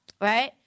Right